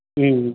ம்